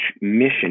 mission